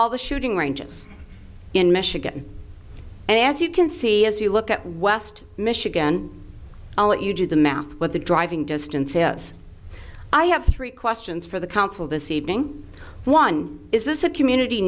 all the shooting ranges in michigan and as you can see as you look at west michigan i'll let you do the math but the driving distance of us i have three questions for the council this evening one is this a community